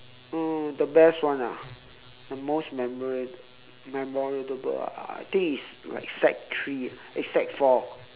oh the best one ah the most memora~ memorable ah I think it's like sec three ah eh sec four